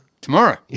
Tomorrow